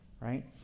right